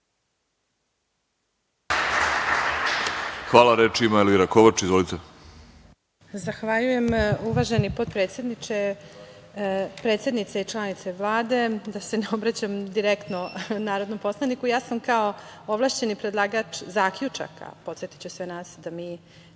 Hvala. Reč ima Elvira Kovač. Izvolite. **Elvira Kovač** Zahvaljujem. Uvaženi potpredsedniče, predsednice i članice Vlade, da se ne obraćam direktno narodnom poslaniku, ja sam kao ovlašćeni predlagač zaključaka, podsetiću sve nas da mi